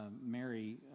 Mary